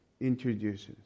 introduces